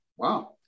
Wow